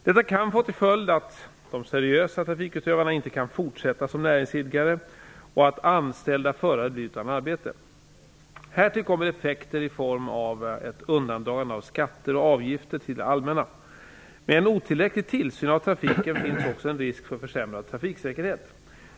Detta kan få till följd att de seriösa trafikutövarna inte kan fortsätta som näringsidkare och att anställda förare blir utan arbete. Härtill kommer effekter i form av ett undandragande av skatter och avgifter till det allmänna. Med en otillräcklig tillsyn av trafiken finns också en risk för försämrad trafiksäkerhet.